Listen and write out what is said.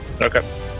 Okay